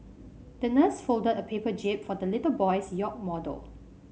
the nurse folded a paper jib for the little boy's yacht model